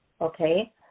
okay